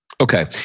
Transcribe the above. Okay